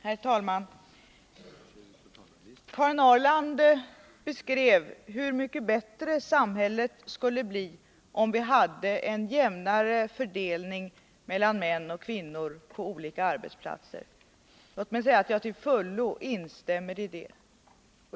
Herr talman! Karin Ahrland beskrev hur mycket bättre samhället skulle bli om vi hade en jämnare fördelning mellan män och kvinnor på olika arbetsplatser. Låt mig säga att jag till fullo instämmer i det.